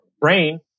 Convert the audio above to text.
brain